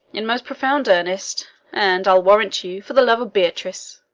in most profound earnest and, i'll warrant you, for the love of beatrice.